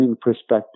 perspective